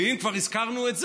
ואם כבר הזכרנו את זה,